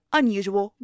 unusual